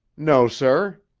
no, sir.